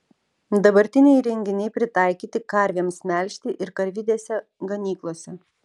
dabartiniai įrenginiai pritaikyti karvėms melžti ir karvidėse ganyklose